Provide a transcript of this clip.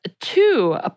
two